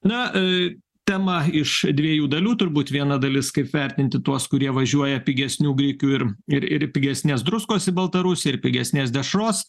na tema iš dviejų dalių turbūt viena dalis kaip vertinti tuos kurie važiuoja pigesnių grikių ir ir ir pigesnės druskos į baltarusiją ir pigesnės dešros